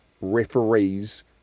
referees